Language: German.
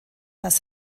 das